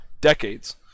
decades